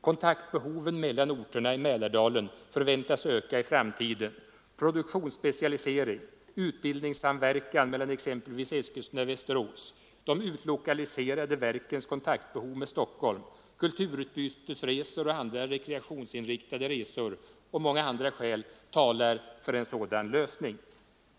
Kontaktbehoven mellan orterna i Mälardalen förväntas öka i framtiden. Produktionsspecialisering, utbildningssamverkan mellan exempelvis Eskilstuna och Västerås, de utlokaliserade verkens kontaktbehov med Stockholm, kulturutbytesresor och andra rekreationsinriktade resor och många andra skäl talar för en sådan ökning.